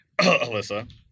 Alyssa